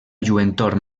lluentor